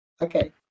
Okay